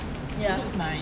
ya